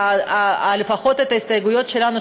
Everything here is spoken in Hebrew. לפחות ההסתייגויות שלנו,